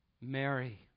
Mary